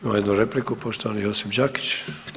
Imamo jednu repliku, poštovani Josip Đakić.